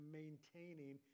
maintaining